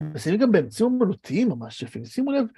ולפעמים גם באמצעים אמנותיים ממש יפים, שימו לב